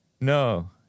No